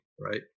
Right